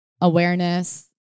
awareness